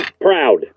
proud